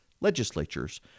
legislatures